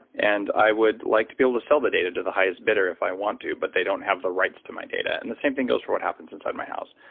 and i would like to be able to sell the data to the highest bidder if i want to, but they don't have the rights to my data. and the same thing goes for what happens inside my house.